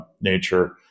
nature